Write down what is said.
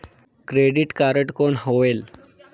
Credit card कौन होएल?